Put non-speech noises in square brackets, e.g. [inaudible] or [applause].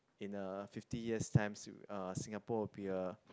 in a fifty years times [noise] uh Singapore will be a